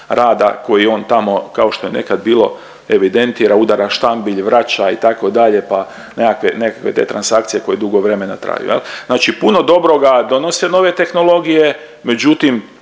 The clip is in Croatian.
koji on tamo kao što je nekad bilo, evidentira, udara štambilj, vraća itd. pa nekakve, nekakve te transakcije koje dugo vremena traju jel. Znači puno dobroga donose nove tehnologije međutim